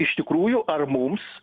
iš tikrųjų ar mums